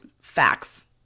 facts